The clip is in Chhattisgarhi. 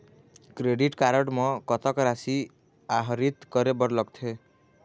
क्रेडिट कारड म कतक राशि आहरित करे बर लगथे?